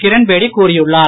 கிரண்பேடி கூறியுள்ளார்